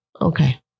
Okay